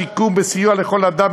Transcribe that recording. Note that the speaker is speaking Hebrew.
בשיקום ובסיוע לכל אדם,